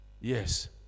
Yes